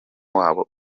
wabo